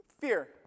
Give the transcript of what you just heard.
fear